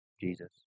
Jesus